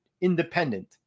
independent